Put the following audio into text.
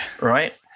Right